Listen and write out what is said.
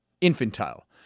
infantile